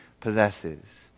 possesses